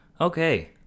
okay